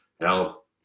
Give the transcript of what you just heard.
help